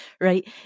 right